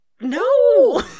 no